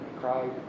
cried